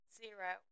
zero